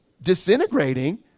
disintegrating